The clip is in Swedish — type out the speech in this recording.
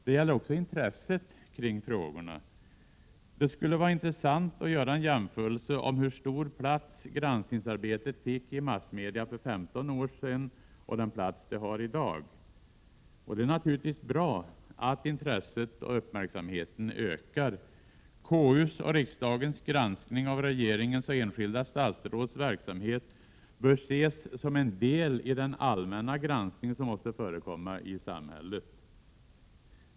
Det gäller också intresset kring frågorna. Det skulle vara intressant att göra en jämförelse avseende hur stor plats granskningsarbetet fick i massmedia för 15 år sedan och den plats det har i dag. Det är naturligtvis bra att intresset och uppmärksamheten ökar. KU:s och riksdagens granskning av regeringens och enskilda statsråds verksamhet bör ses som en del i den allmänna granskning som måste förekomma i samhället.